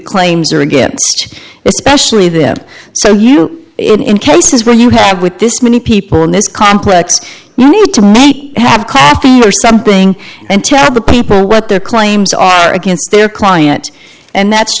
claims or against especially them so you in cases where you have with this many people in this complex you need to make have coffee or something and tell the people what their claims are against their client and that's